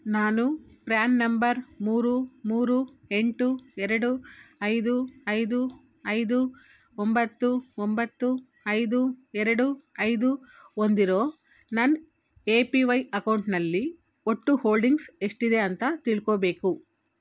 ನಾನು PRAN number ಮೂರು ಮೂರು ಎಂಟು ಎರಡು ಐದು ಐದು ಐದು ಒಂಬತ್ತು ಒಂಬತ್ತು ಐದು ಎರಡು ಐದು ಹೊಂದಿರೋ ನನ್ನ ಎ ಪಿ ವೈ ಅಕೌಂಟ್ನಲ್ಲಿ ಒಟ್ಟು ಹೋಲ್ಡಿಂಗ್ಸ್ ಎಷ್ಟಿದೆ ಅಂತ ತಿಳ್ಕೋಬೇಕು